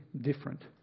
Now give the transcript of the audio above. different